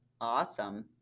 Awesome